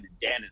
Dan